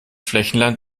flächenland